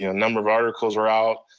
you know number of articles are out,